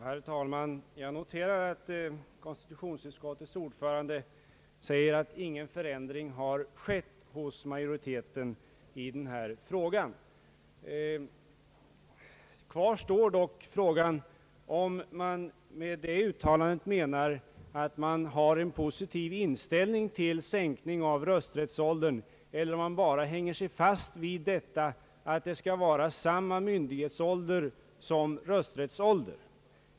Herr talman! Jag noterar att konstitutionsutskottets ordförande säger att majoriteten inte ändrat sin inställning i den här frågan. Kvar står dock frågan om det uttalandet innebär att man har en positiv inställning till en sänkning av rösträttsåldern eller om man bara hänger sig fast vid att det skall vara samma rösträttsålder som myndighetsålder.